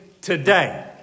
Today